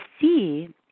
see